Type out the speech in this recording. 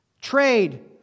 trade